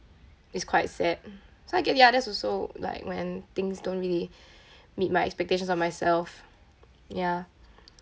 is quite sad so I get the others also like when things don't really meet my expectations on myself ya